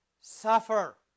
Suffer